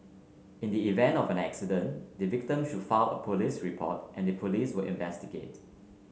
in the event of an accident the victim should file a police report and the police will investigate